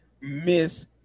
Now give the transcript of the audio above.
miss